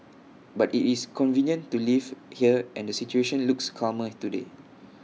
but IT is convenient to live here and the situation looks calmer today